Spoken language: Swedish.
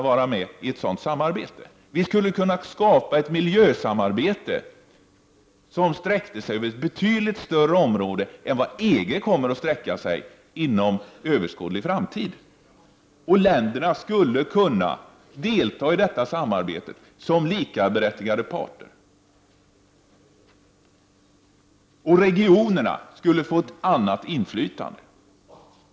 Vi skulle kunna skapa ett miljösamarbete som sträckte sig betydligt längre än dit EG inom överskådlig framtid kommer att sträcka sig. Länderna skulle kunna delta i detta samarbete som likaberättigade parter. Regionerna skulle få ett annat inflytande.